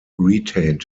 retained